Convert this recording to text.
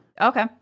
Okay